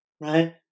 right